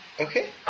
Okay